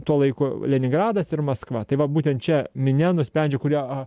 tuo laiku leningradas ir maskva tai va būtent čia minia nusprendžia kurią